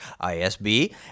ISB